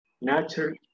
natural